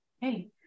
Hey